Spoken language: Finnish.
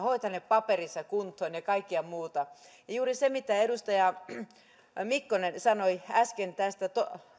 hoitaneet paperinsa kuntoon ja kaikkea muuta juuri niin kuin edustaja mikkonen sanoi äsken tästä